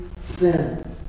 sin